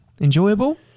Enjoyable